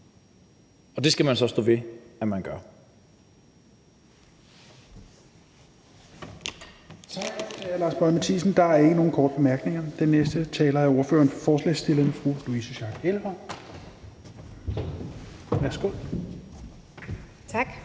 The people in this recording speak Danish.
og det skal man så stå ved at man gør.